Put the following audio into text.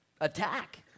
attack